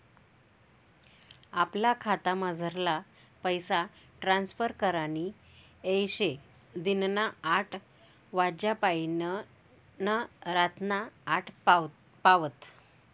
आपला खातामझारला पैसा ट्रांसफर करानी येय शे दिनना आठ वाज्यापायीन रातना आठ पावत